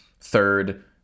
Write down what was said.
third